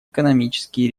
экономические